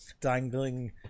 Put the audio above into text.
dangling